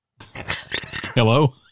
hello